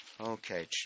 Okay